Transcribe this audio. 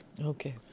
Okay